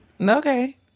Okay